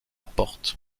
porte